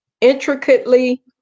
intricately